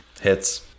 Hits